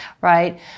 right